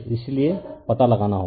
इसलिए पता लगाना होगा